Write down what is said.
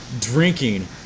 drinking